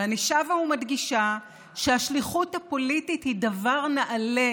ואני שבה ומדגישה שהשליחות הפוליטית היא דבר נעלה.